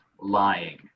lying